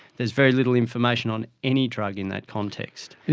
there's very little information on any drug in that context.